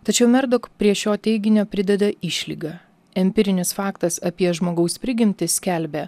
tačiau merdok prie šio teiginio prideda išlygą empirinis faktas apie žmogaus prigimtį skelbia